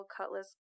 cutlass